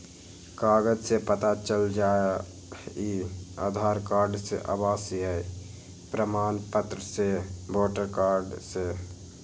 कागज से पता चल जाहई, आधार कार्ड से, आवासीय प्रमाण पत्र से, वोटर कार्ड से?